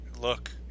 Look